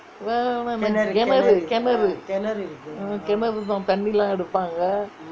கிணறு கிணறு தான் தண்ணீ லாம் எடுப்பாங்கே:kinaru kinaru thaan thanni laam eduppangae